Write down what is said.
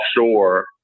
offshore